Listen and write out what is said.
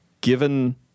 given